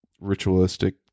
ritualistic